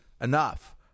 enough